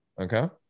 okay